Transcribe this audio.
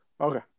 Okay